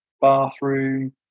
bathroom